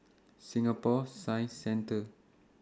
Singapore Science Centre